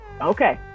Okay